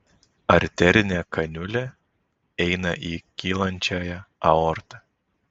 arterinė kaniulė eina į kylančiąją aortą